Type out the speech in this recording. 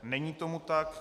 Není tomu tak.